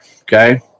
Okay